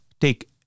take